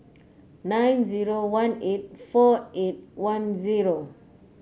nine zero one eight four eight one zero